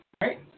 right